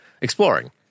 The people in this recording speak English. exploring